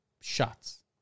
Shots